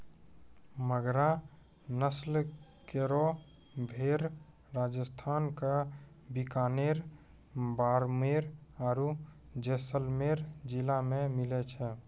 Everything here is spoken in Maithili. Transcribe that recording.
मगरा नस्ल केरो भेड़ राजस्थान क बीकानेर, बाड़मेर आरु जैसलमेर जिला मे मिलै छै